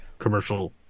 commercial